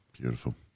Beautiful